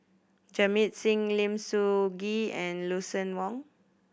Jamit Singh Lim Soo Ngee and Lucien Wang